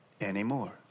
anymore